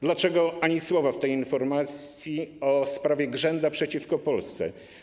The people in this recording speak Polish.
Dlaczego ani słowa w tej informacji o sprawie Grzęda przeciwko Polsce?